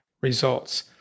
results